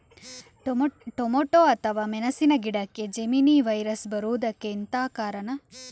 Tomato ಅಥವಾ ಮೆಣಸಿನ ಗಿಡಕ್ಕೆ ಜೆಮಿನಿ ವೈರಸ್ ಬರುವುದಕ್ಕೆ ಎಂತ ಕಾರಣ?